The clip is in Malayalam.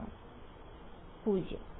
വിദ്യാർത്ഥി 0